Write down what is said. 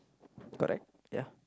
correct ya